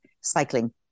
cycling